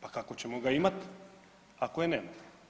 Pa kako ćemo ga imat ako je nema.